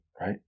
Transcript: right